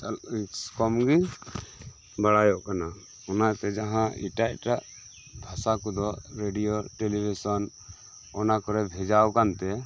ᱠᱚᱢ ᱜᱮ ᱵᱟᱲᱟᱭᱚᱜ ᱠᱟᱱᱟ ᱚᱱᱟᱛᱮ ᱡᱟᱦᱟᱸ ᱮᱴᱟᱜ ᱮᱴᱟᱜ ᱵᱷᱟᱥᱟ ᱠᱚᱫᱚ ᱨᱮᱰᱤᱭᱳ ᱴᱮᱞᱤ ᱵᱷᱤᱥᱚᱱ ᱚᱱᱟ ᱠᱚᱨᱮ ᱵᱷᱮᱡᱟᱣᱟᱠᱟᱱ ᱛᱮ